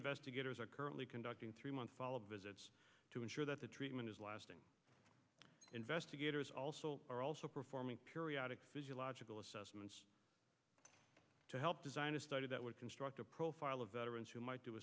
investigators are currently conducting three months of visits to ensure that the treatment is lasting investigators also are also performing periodic physiological assessments to help design a study that would construct a profile of veterans who might do